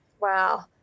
wow